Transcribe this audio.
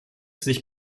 sich